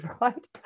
right